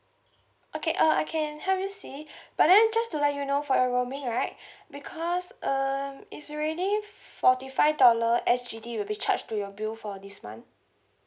okay uh I can help you see but then just to let you know for your roaming right because um it's already forty five dollar S_G_D will be charged to your bill for this month